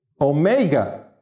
Omega